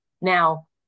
Now